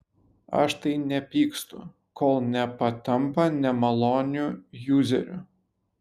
aš tai nepykstu kol nepatampa nemaloniu juzeriu